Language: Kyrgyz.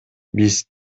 биз